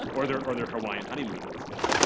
like or their or their hawaiian honeymoon in this case.